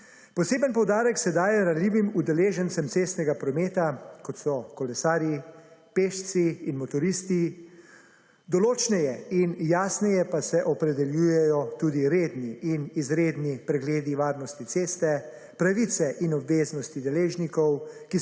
Posebej poudarek se daje ranljivim udeležencem cestnega prometa, kot so kolesarji, pešci in motoristi, določneje in jasneje pa se opredeljujejo tudi redni in izredni pregledi varnosti ceste, pravice in obveznosti deležnikov,